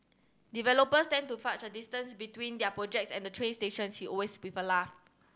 developers tend to fudge a distance between their projects and the train stations he always with a laugh